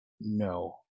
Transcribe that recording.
No